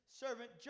servant